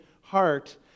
heart